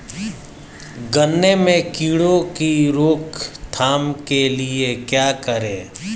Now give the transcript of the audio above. गन्ने में कीड़ों की रोक थाम के लिये क्या करें?